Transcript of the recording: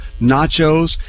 nachos